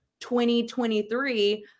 2023